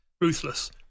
ruthless